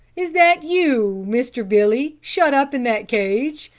is that you, mr. billy, shut up in that cage?